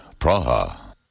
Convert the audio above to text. Praha